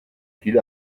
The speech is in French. qu’il